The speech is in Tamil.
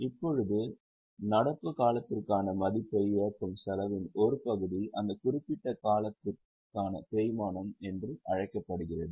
இப்போது நடப்பு காலத்திற்கான மதிப்பை இழக்கும் செலவின் ஒரு பகுதி அந்த குறிப்பிட்ட காலத்திற்கான தேய்மானம் என அழைக்கப்படுகிறது